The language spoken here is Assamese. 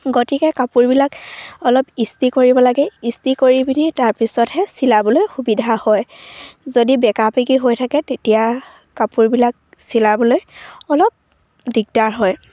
গতিকে কাপোৰবিলাক অলপ ইস্ত্ৰি কৰিব লাগে ইস্ত্ৰি কৰি পিনি তাৰপিছতহে চিলাবলৈ সুবিধা হয় যদি বেকা বিকি হৈ থাকে তেতিয়া কাপোৰবিলাক চিলাবলৈ অলপ দিগদাৰ হয়